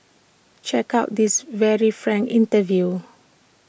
check out this very frank interview